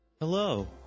Hello